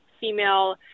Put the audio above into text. female